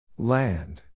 Land